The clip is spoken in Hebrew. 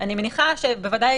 אני מניחה שבוודאי